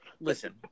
Listen